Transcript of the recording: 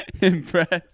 impressed